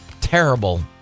terrible